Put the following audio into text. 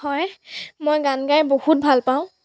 হয় মই গান গাই বহুত ভাল পাওঁ